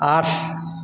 আঠ